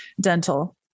Dental